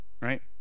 right